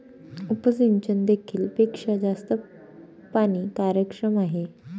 उपसिंचन देखील पेक्षा जास्त पाणी कार्यक्षम आहे